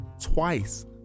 twice